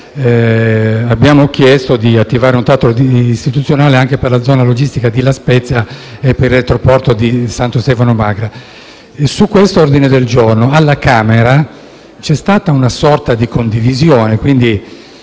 abbiamo chiesto di attivare un tavolo istituzionale anche per la zona logistica di La Spezia e per il retroporto di Santo Stefano Magra. Su un analogo ordine del giorno alla Camera dei deputati c’è stata una sorta di condivisione